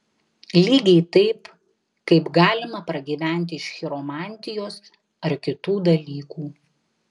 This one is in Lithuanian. lygiai taip kaip galima pragyventi iš chiromantijos ar kitų dalykų